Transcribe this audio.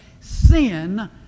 sin